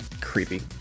Creepy